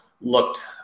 looked